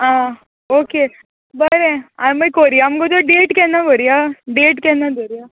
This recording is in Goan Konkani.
आं ओके बरें आनी मागीर कोरया मुगो तोर डेट केन्ना दोवोरया डेट केन्ना दोवोरया